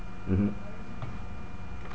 mmhmm